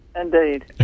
Indeed